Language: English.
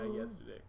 yesterday